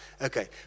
Okay